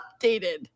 updated